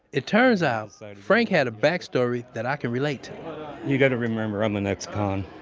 it turns out frank had a backstory that i can relate to you gotta remember i'm an ex-con.